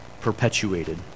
perpetuated